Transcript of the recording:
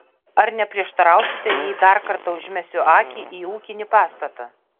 ar neprieštarausite jei dar kartą užmesiu akį į ūkinį pastatą